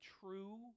true